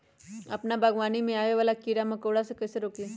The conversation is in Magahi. अपना बागवानी में आबे वाला किरा मकोरा के कईसे रोकी?